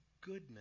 goodness